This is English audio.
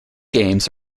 games